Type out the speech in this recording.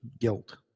guilt